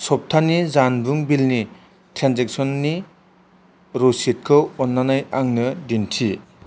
सप्तानि जानबुं बिलनि ट्रेन्जेकसननि रसिदखौ अन्नानै आंनो दिन्थि